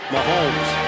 Mahomes